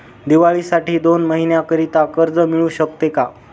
दिवाळीसाठी दोन महिन्याकरिता कर्ज मिळू शकते का?